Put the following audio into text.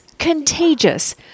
Contagious